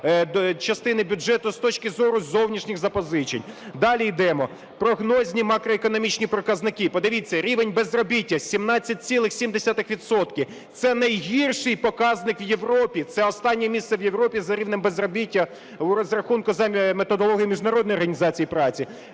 частини бюджету з точки зору зовнішніх запозичень. Далі йдемо, прогнозні макроекономічні показники. Подивіться, рівень безробіття 17,7 відсотка. Це найгірший показник в Європі, це останнє місце в Європі за рівнем безробіття в розрахунку за методологією Міжнародної організації праці.